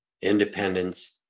independence